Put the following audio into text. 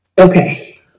Okay